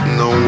no